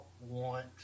want